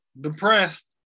depressed